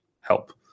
help